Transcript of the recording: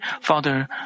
Father